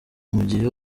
gihe